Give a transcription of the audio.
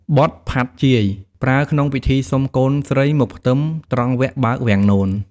បទផាត់់ជាយ ប្រើក្នុងពិធីសុំកូនស្រីមកផ្ទឹមត្រង់វគ្គបើកវាំងនន។